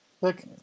Look